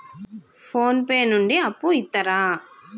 Phone pay నుండి అప్పు ఇత్తరా?